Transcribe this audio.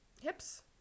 Hips